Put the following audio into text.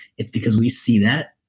it's because we see that.